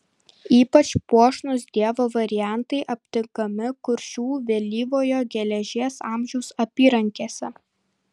ypač puošnūs dievo variantai aptinkami kuršių vėlyvojo geležies amžiaus apyrankėse